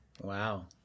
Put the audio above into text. Wow